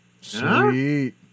Sweet